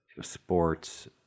sports